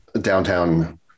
downtown